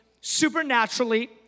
supernaturally